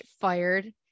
fired